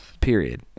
Period